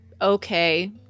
okay